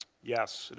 yes.